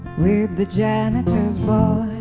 with the janitor's boy,